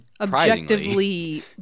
objectively